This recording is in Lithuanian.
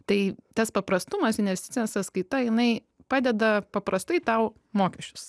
tai tas paprastumas investicinė sąskaita jinai padeda paprastai tau mokesčius